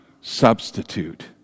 substitute